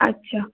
अच्छा